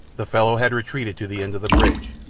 the fellow had retreated to the end of the bridge,